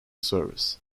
service